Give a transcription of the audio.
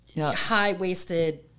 high-waisted